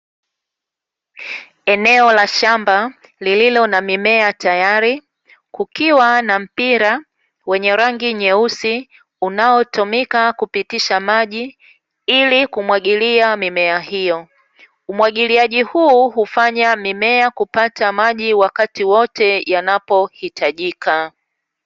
Eneo la shamba lililo na mimea tayari, kukiwa na mpira wenye rangi nyeusi, unaotumika kupitisha maji, ili kumwagilia mimea hiyo. Umwagiliaji huu, hufanya mimea kupata maji wakati wote yanapo hitajika.